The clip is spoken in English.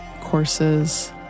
courses